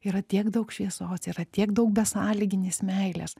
yra tiek daug šviesos yra tiek daug besąlyginės meilės